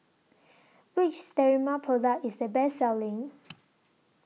Which Sterimar Product IS The Best Selling